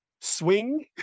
swing